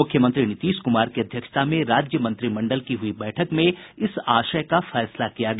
मुख्यमंत्री नीतीश कुमार की अध्यक्षता में राज्य मंत्रिमंडल की हुई बैठक में इस आशय का फैसला किया गया